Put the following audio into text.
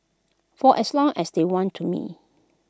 for as long as they want me to